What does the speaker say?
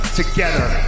together